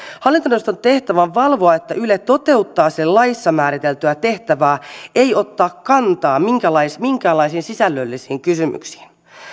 hallintoneuvoston tehtävä on valvoa että yle toteuttaa sen laissa määriteltyä tehtävää ei ottaa kantaa minkäänlaisiin minkäänlaisiin sisällöllisiin kysymyksiin